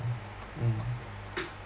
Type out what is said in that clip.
mm